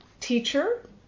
teacher